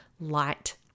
light